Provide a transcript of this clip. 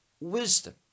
wisdom